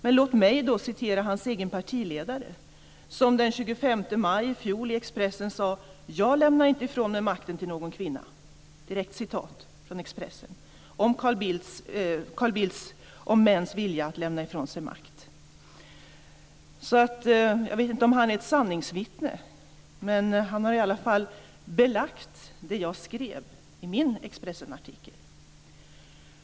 Men låt mig då citera hans egen partiledare, som den 25 maj i fjol i Expressen sade: "Jag lämnar inte ifrån mig makten till någon kvinna." Detta är ett direkt citat av Carl Bildt om mäns vilja att lämna ifrån sig makt. Jag vet inte om Carl Bildt är ett sanningsvittne men han har i alla fall belagt vad jag skrev i min Expressenartikel.